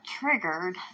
triggered